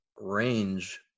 range